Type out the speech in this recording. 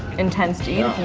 intense to eat.